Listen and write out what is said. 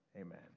Amen